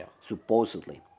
Supposedly